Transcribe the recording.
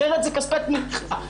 אחרת זה כספי תמיכה.